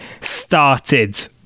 started